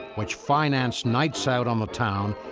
which financed nights out on the town,